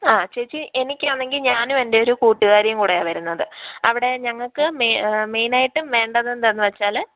ആ ചേച്ചി എനിക്കാണെങ്കിൽ ഞാനും എന്റെയൊരു കൂട്ടുകാരിയും കൂടെയാണ് വരുന്നത് അവിടെ ഞങ്ങൾക്ക് മെ മെയിൻ ആയിട്ടും വേണ്ടത് എന്താണെന്ന് വെച്ചാൽ